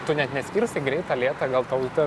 tu net neskirstai greita lėta gal tau ta